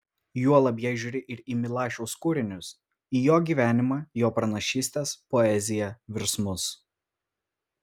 juolab jei žiūri ir į milašiaus kūrinius į jo gyvenimą jo pranašystes poeziją virsmus